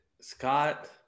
Scott